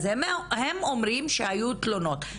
אז הם אומרים שהיו תלונות,